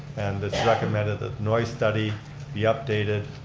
and recommended that noise study be updated.